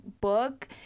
book